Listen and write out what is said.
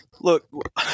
look